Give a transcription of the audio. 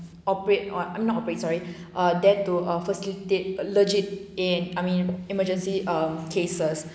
operate on not operate sorry err there to uh facilitate legit a and I mean emergency um cases